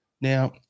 Now